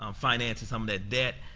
um finance some of that debt,